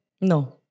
No